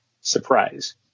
surprise